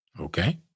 Okay